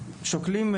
שוקלים,